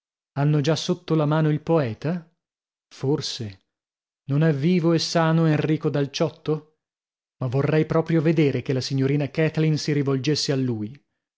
hanno già sotto la mano il poeta forse non è vivo e sano enrico dal ciotto ma vorrei proprio vedere che la signorina kathleen si rivolgesse a lui